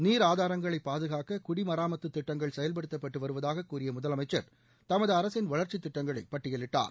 நீர் ஆதாரங்களைப் பாதுகாக்க குடிமராமத்து திட்டங்கள் செயல்படுத்தப்பட்டு வருவதாக கூறிய முதலமைச்சர் தமது அரசின் வளர்ச்சித் திட்டங்களைப் பட்டியலிட்டார்